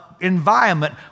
environment